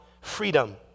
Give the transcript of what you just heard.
freedom